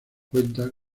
cuenta